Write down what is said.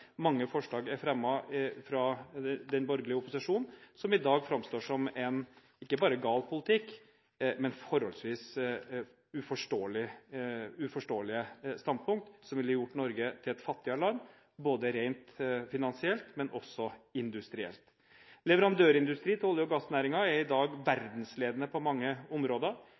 Mange forslag, som er fremmet av den borgerlige opposisjon, framstår i dag ikke bare som en gal politikk, men som forholdsvis uforståelige standpunkter som ville gjort Norge til et fattigere land rent finansielt, men også industrielt. Leverandørindustri til olje- og gassnæringen er i dag verdensledende på mange områder.